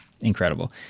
incredible